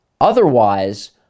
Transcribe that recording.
Otherwise